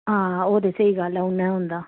आं ओह् स्हेई गल्ल ऐ उ'न्ना गै होंदा